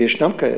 ויש כאלה.